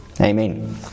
Amen